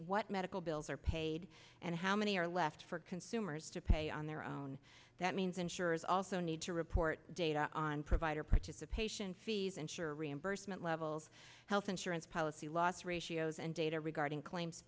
what medical bills are paid and how many are left for consumers to pay on their own that means insurers also need to report data on provider participation fees ensure reimbursement levels health insurance policy loss ratios and data regarding claims